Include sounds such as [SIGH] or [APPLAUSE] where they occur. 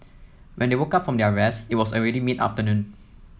when they woke up from their rest it was already mid afternoon [NOISE]